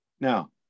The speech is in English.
Now